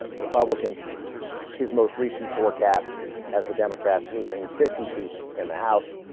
ah republicans his most recent forecast has the democrats losing fifty seats in the house